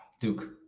Duke